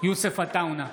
יוסף עטאונה,